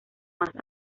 más